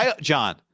John